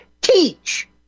teach